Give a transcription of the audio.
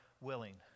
willing